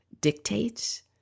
dictates